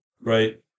Right